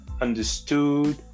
understood